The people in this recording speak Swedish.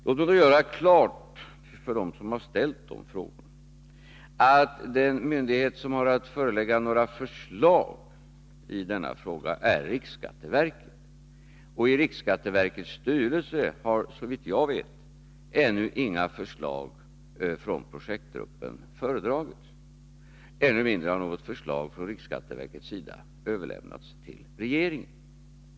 Låt mig då göra klart för dem som har ställt frågorna att den myndighet som har att förelägga förslag i denna fråga är riksskatteverket, och i riksskatteverkets styrelse har, såvitt jag vet, ännu inga förslag från projektgruppen föredragits, ännu mindre har något förslag från riksskatteverkets sida överlämnats till regeringen.